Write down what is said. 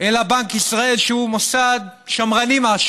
אלא בנק ישראל, שהוא מוסד שמרני-משהו.